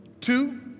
two